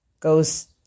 goes